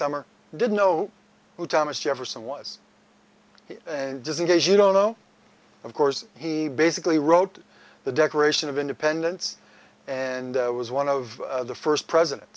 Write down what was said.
summer didn't know who thomas jefferson was and does in case you don't know of course he basically wrote the declaration of independence and was one of the first president